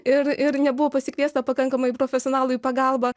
ir ir nebuvo pasikviesta pakankamai profesionalų į pagalbą